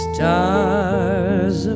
Stars